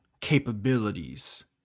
capabilities